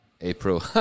April